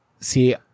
see